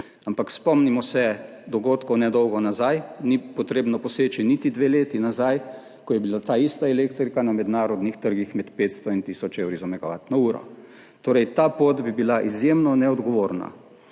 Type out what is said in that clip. Ampak spomnimo se dogodkov nedolgo nazaj, ni treba poseči niti dve leti nazaj, ko je bila ta ista elektrika na mednarodnih trgih med 500 in 1000 evri za megavatno uro. Torej, ta pot bi bila izjemno neodgovorna.